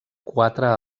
quatre